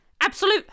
absolute